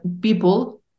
people